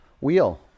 Wheel